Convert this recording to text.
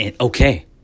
Okay